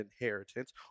inheritance